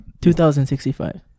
2065